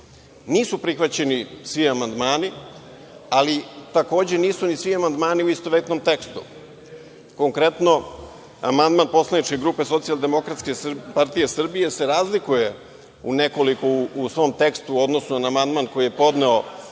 prihvaćeni svi amandmani, ali takođe, nisu ni svi amandmani u istovetnom tekstu. Konkretno, amandman poslaničke grupe SDPS se razlikuje u nekoliko u svom tekstu u odnosu na amandman koji je podneo